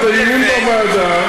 תביא את זה לוועדה.